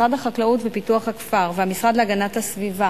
משרד החקלאות ופיתוח הכפר והמשרד להגנת הסביבה